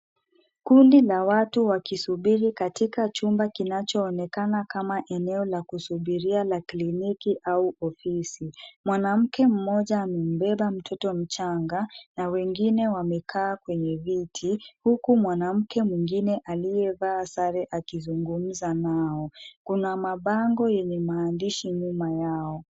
Kundi la watu wakisubiri katika chumba kinachoonekana kama eneo la kusubiria la kliniki au ofisi. Mwanamke mmoja amembeba mtoto mchanga na wengine wamekaa kwenye viti huku mwanamke mwingine aliyevaa sare akizungumza nao. Kuna mabango yenye maandishi nyuma yao.